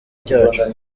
cyacu